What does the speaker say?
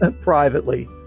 privately